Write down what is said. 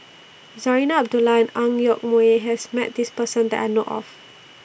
Zarinah Abdullah Ang Yoke Mooi has Met This Person that I know of